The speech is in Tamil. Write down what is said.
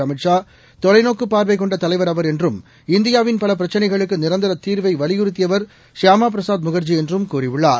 அமித் ஷா தொலைநோக்குப் பார்வை கொண்ட தலைவர் அவர் என்றும் இந்தியாவின் பல பிரச்சினைகளுக்கு நிரந்தர தீர்வை வலியுறுத்தியவர் ஷியாமா பிரசாத் முகா்ஜி என்றும் கூறியுள்ளார்